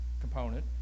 component